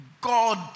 God